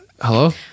Hello